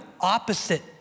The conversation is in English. opposite